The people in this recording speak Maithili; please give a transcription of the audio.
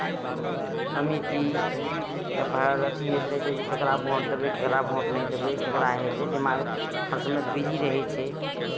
समीति तऽ भऽ अथी होइत रहै छै जे ककरा भोट देबै ककरा भोट नहि देबै ककरा हेतै दिमाग हर समय तऽ बिजी रहै छै